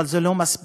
אבל זה לא מספיק,